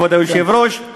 כבוד היושב-ראש,